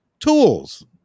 Tools